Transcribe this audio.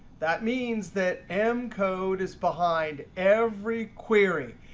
that means that m code is behind every query.